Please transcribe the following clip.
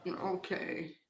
okay